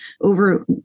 over